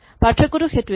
পাৰ্থক্যটো সেইটোৱেই